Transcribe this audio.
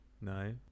No